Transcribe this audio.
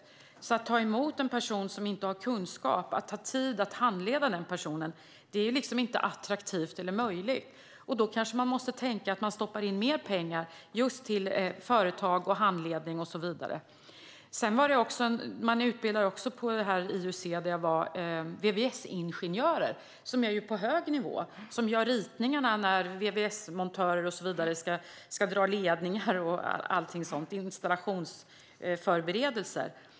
Det är inte attraktivt att ta emot en person som inte har kunskap, och det finns inte tid att handleda den personen. Då kanske man måste tänka på att stoppa in mer pengar just till företag och handledning och så vidare. På IUC, där jag var, utbildar man också VVS-ingenjörer, som är på en hög nivå. De gör installationsförberedelser och ritningar till VVS-montörer som ska dra ledningar och så vidare.